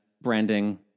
branding